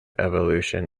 evolution